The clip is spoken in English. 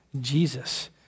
Jesus